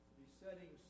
besetting